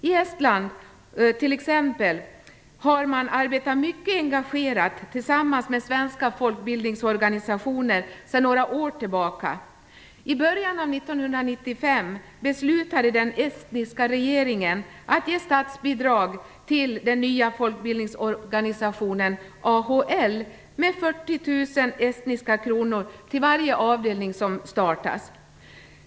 I Estland har man t.ex. arbetat mycket engagerat tillsammans med svenska folkbildningsorganisationer sedan några år tillbaka. I början av 1995 beslutade den estniska regeringen att ge statsbidrag till den nya folkbildningsorganisationen AHL med 40 000 estniska kronor till varje avdelning som startas.